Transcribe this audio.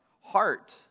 heart